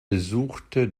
besuchte